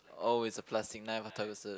oh it's a plastic knife I thought it was a